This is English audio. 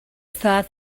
thought